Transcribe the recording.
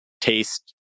taste